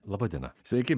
laba diena sveiki